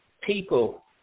People